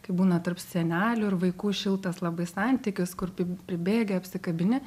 kaip būna tarp senelių ir vaikų šiltas labai santykis kur pri pribėgi apsikabini